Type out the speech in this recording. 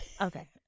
Okay